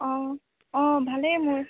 অ অ ভালেই মোৰ